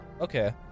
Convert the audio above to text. Okay